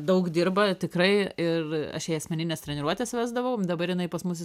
daug dirba tikrai ir aš jai asmenines treniruotes vesdavau dabar jinai pas mus